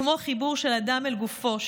כמו חיבור של אדם אל גופו,